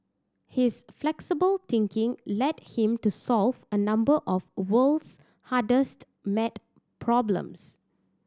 his flexible thinking led him to solve a number of world's hardest mad problems